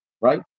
right